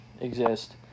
Exist